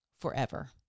forever